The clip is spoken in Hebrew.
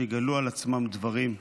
שיגלו על עצמם דברים,